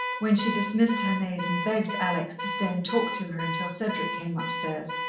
when she dismissed her maid and begged alex to stay and talk to her until cedric came upstairs,